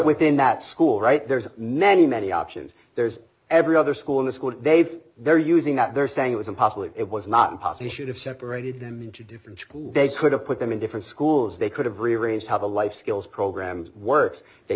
within that school right there's many many options there's every other school in the school they've they're using that they're saying it was impossible it was not possible should have separated them into different schools they could have put them in different schools they could have rearranged how the life skills programs works they